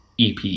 EP